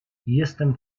jestem